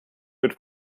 mit